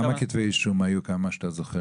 כמה כתבי אישום היו שאתה זוכר?